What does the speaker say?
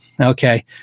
Okay